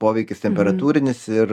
poveikis temperatūrinis ir